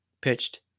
pitched